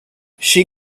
she